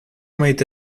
made